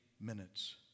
minutes